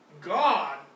God